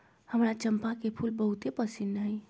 हमरा चंपा के फूल बहुते पसिन्न हइ